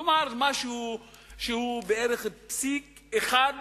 כלומר, משהו שהוא בערך 0.1%,